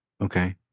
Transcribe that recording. okay